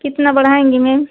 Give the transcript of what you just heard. कितना बढ़ाएँगी मेम